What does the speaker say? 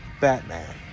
batman